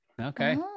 Okay